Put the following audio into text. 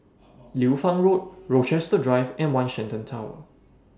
Liu Fang Road Rochester Drive and one Shenton Tower